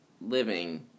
living